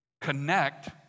connect